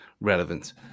relevant